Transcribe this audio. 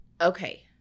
Okay